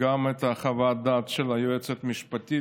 את חוות הדעת של היועצת המשפטית,